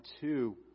two